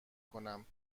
کنم